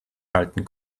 halten